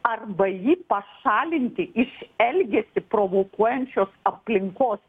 arba jį pašalinti iš elgesį provokuojančios aplinkos